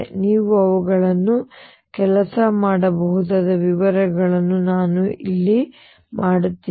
ನೀವು ಅವುಗಳನ್ನು ಕೆಲಸ ಮಾಡಬಹುದಾದ ವಿವರಗಳನ್ನು ನಾನು ಕೆಲಸ ಮಾಡುತ್ತಿಲ್ಲ